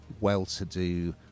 well-to-do